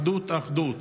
אחדות,